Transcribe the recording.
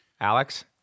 Alex